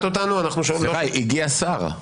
רבותיי, הגיע שר.